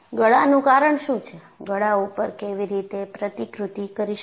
ગળાનું કારણ શું છે ગળા ઉપર કેવી રીતે પ્રતિકૃતિ કરી શકાય